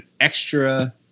extra